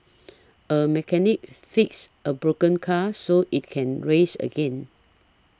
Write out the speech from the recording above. a mechanic fix a broken car so it can race again